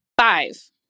Five